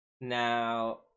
now